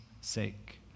sake